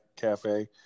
cafe